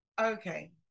okay